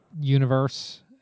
universe